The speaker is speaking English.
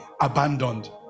abandoned